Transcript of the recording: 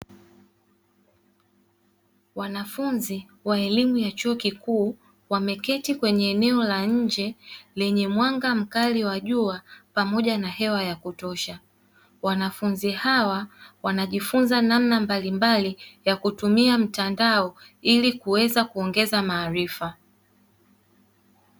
Wanafunzi wa elimu ya chuo kikuu, wameketi kwenye eneo la nje lenye mwanga mkali wa jua pamoja na hewa ya kutosha, wanafunzi hawa wanajifunza namna mbalimbali ya kutumia mtandao ili kuweza kuongeza maarifa.